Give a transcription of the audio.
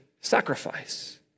sacrifice